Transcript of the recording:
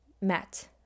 met